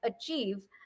achieve